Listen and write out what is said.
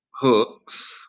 Hooks